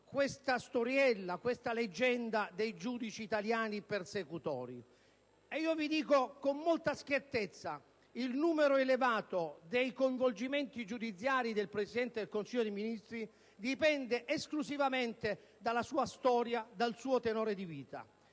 questa storiella, questa leggenda dei giudici italiani persecutori. Sottolineo con molta schiettezza che il numero elevato dei coinvolgimenti giudiziari del Presidente del Consiglio dei ministri dipende esclusivamente dalla sua storia, dal suo tenore di vita.